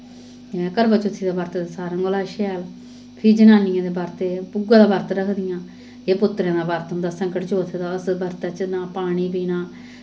करवाचौथी दा बर्त सारें कोला शैल फ्ही जनानियें दे बर्त एह् भुग्गे दा बर्त रखदियां एह् पुत्तरें दा बर्त होंदा संकट चौथ दा उस बर्तै च नां पानी पीना